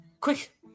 quick